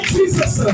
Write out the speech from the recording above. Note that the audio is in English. Jesus